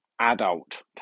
adult